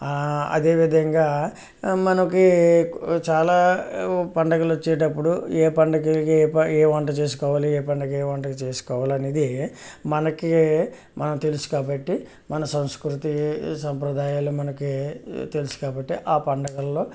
అదేవిధంగా మనకి చాలా పండగలు వచ్చేటప్పుడు ఏ పండగకి ఏ వంట చేసుకోవాలి ఏ పండగకి ఏ వంట చేసుకోవాలి అనేది మనకి మనకి తెలుసు కాబట్టి మన సంస్కృతి సంప్రదాయాలు మనకి తెలుసు కాబట్టి ఆ పండగల్లో